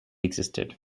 existed